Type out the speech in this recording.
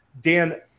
Dan